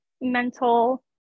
mental